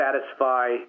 satisfy